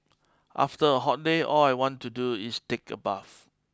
after a hot day all I want to do is take a bath